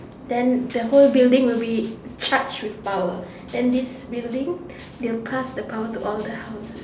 then the whole building will be charged with power then this building they will passed the power to all the houses